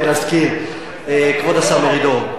להזכיר, כבוד השר מרידור,